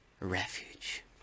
refuge